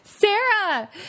Sarah